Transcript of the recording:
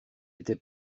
était